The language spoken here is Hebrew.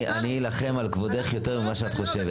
אני אלחם על כבודך יותר ממה שאת חושבת.